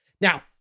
Now